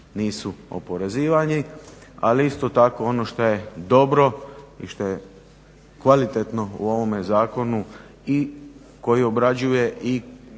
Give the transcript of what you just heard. nisu oporezivani. Ali isto tako ono što je dobro i što je kvalitetno u ovome zakonu i koji obrađuje i